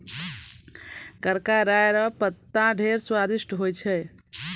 करका राय रो पत्ता ढेर स्वादिस्ट होय छै